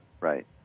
right